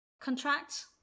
contract